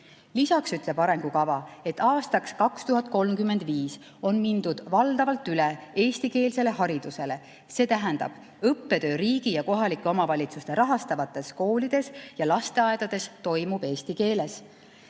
Lisaks ütleb arengukava, et aastaks 2035 on mindud valdavalt üle eestikeelsele haridusele, see tähendab: õppetöö riigi ja kohalike omavalitsuste rahastatavates koolides ja lasteaedades toimub eesti keeles.